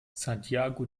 santiago